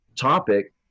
topic